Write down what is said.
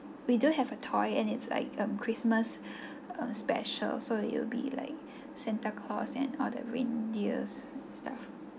we do have a toy and it's like um christmas um special so it'll be like santa claus and all the reindeers stuff